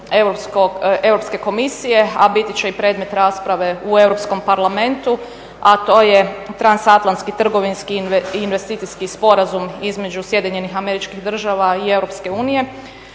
Europske komisije a biti će i predmet rasprave u Europskom parlamentu a to je transatlantski trgovinski i investicijski sporazum između Sjedinjenih Američkih Država i Europske unije.